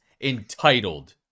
Entitled